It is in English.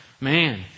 man